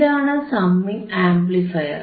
ഇതാണ് summing amplifier